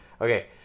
Okay